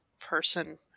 person